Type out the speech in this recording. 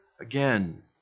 again